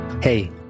Hey